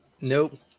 Nope